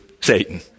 Satan